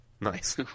Nice